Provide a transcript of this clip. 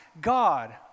God